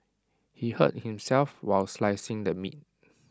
he hurt himself while slicing the meat